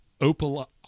opal